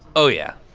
oh, yeah.